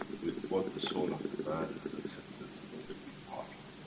with what the soul of the man has accepted to be part of.